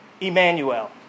Emmanuel